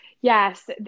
yes